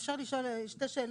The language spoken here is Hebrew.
אפשר לשאול שתי שאלות?